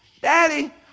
Daddy